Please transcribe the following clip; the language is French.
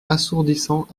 assourdissant